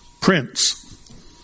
Prince